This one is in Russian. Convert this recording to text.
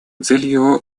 целью